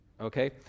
Okay